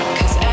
Cause